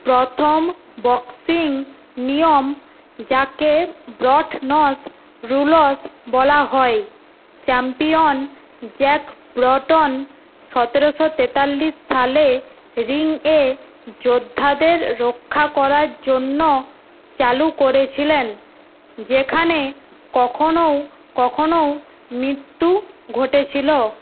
প্রথম বক্সিং নিয়ম যাকে ব্রটনস রুলস বলা হয় চ্যাম্পিয়ন জ্যাক ব্রটন সতেরেশো তেতাল্লিশ সালে রিং এ যোদ্ধাদের রক্ষা করার জন্য চালু করেছিলেন যেখানে কখনও কখনও মৃত্যু ঘটেছিল